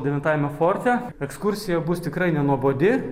devintajame forte ekskursija bus tikrai nenuobodi